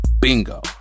Bingo